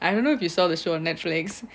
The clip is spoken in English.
I don't know if you saw the show on Netflix